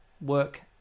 work